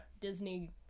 Disney